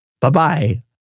Bye-bye